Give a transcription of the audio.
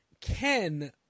Ken